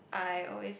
I always